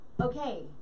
okay